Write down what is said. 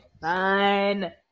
Fine